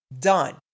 done